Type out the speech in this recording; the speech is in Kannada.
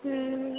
ಹ್ಞೂ